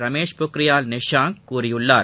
ரமேஷ் பொக்ரியால் நிஷாங்க் கூறியுள்ளார்